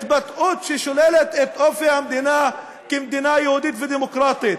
התבטאות ששוללת את אופי המדינה כמדינה יהודית ודמוקרטית.